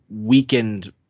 weakened